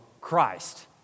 Christ